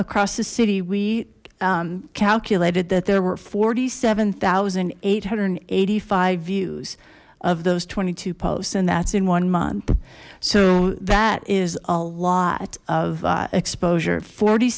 across the city we calculated that there were forty seven thousand eight hundred and eighty five views of those twenty two posts and that's in one month so that is a lot of exposure forty